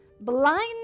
blindness